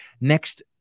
Next